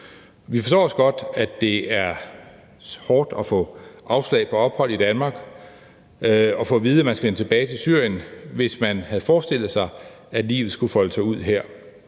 Vi forstår også godt, at det er hårdt at få afslag på ophold i Danmark og få at vide, at man skal vende tilbage til Syrien, hvis man havde forestillet sig, at livet skulle folde sig ud her,